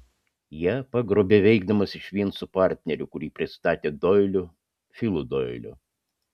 ją pagrobė veikdamas išvien su partneriu kurį pristatė doiliu filu doiliu